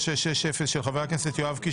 פ/3660/24 של חבר הכנסת יואב קיש,